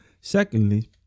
secondly